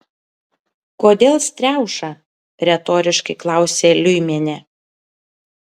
kodėl striauša retoriškai klausė liuimienė